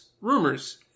rumors